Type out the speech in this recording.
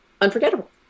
Unforgettable